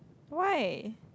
why